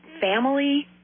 Family